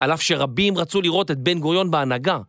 על אף שרבים רצו לראות את בן גוריון בהנהגה.